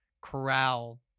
corral